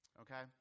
okay